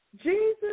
Jesus